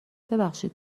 ببخشید